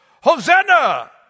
Hosanna